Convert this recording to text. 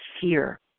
fear